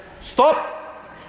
stop